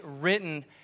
written